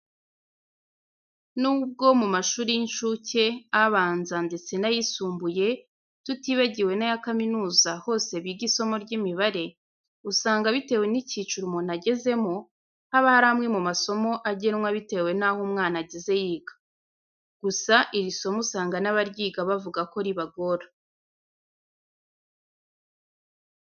Nubwo mu mashuri y'incuke, abanza, ndetse n'ayisumbuye tutibagiwe n'aya kaminuza hose biga isomo ry'imibare, usanga bitewe n'icyiciro umuntu agezemo, haba hari amwe mu masomo agenwa bitewe naho umwana ageze yiga. Gusa, iri somo usanga n'abaryiga bavuga ko ribagora.